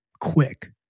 quick